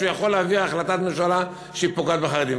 שהוא יכול להביא החלטת ממשלה שפוגעת בחרדים.